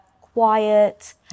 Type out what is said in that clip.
quiet